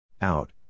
Out